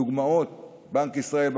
דוגמאות: בנק ישראל,